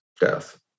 death